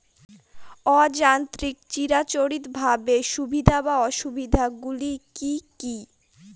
অযান্ত্রিক চিরাচরিতভাবে সুবিধা ও অসুবিধা গুলি কি কি?